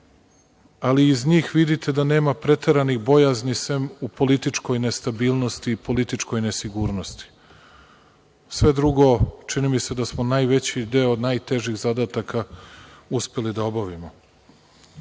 ali iz njih vidite da nema preteranih bojazni sem u političkoj nestabilnosti i političke nesigurnosti. Sve drugo, čini mi se da smo najveći deo najtežih zadataka uspeli da